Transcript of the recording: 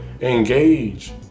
engage